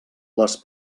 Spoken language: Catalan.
les